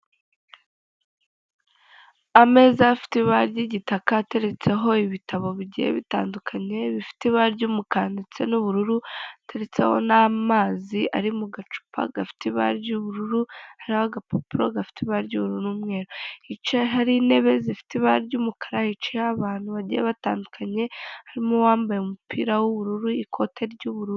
Ameza afite ibara ry'igitaka ateretseho ibitabo bigiye bitandukanye bifite ibara ry'umukara ndetse n'ubururu uteretseho n'amazi ari mu gacupa gafite ibara ry'ubururu hari agapapuro gafite ibaryora'umweru ica hari intebe zifite ibara ry'umukara yiciho abantu bagiye batandukanye harimo uwambaye umupira w'ubururu ikote ry'ubururu.